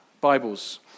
Bibles